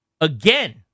Again